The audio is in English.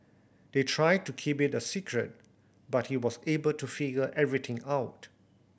they tried to keep it a secret but he was able to figure everything out